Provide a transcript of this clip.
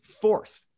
fourth